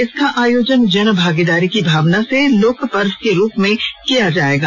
इसका आयोजन जनभागीदारी की भावना से लोकपर्व के रूप में किया जाएगा